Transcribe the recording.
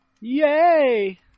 Yay